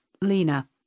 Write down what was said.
Lena